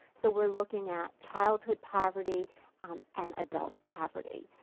so were looking at childhood poverty and adult poverty.